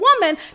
woman